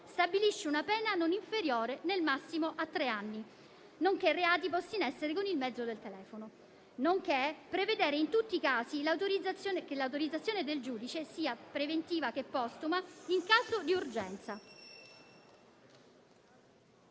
stabilisce una pena non inferiore, nel massimo, a tre anni, nonché per reati posti in essere con il mezzo del telefono. Si prevede in tutti i casi l'autorizzazione del giudice, sia preventiva sia postuma (in caso di urgenza).